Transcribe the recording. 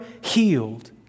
healed